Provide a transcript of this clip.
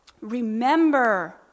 Remember